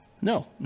no